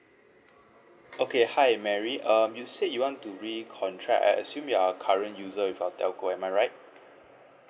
okay hi mary um you say you want to recontract I assume you are a current user with our telco am I right